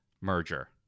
Merger